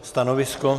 Stanovisko?